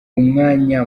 umwanya